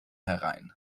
herein